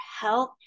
health